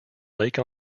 lake